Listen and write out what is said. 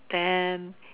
then